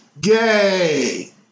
gay